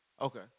Okay